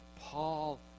Paul